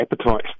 appetite